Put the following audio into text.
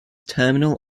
terminal